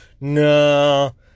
no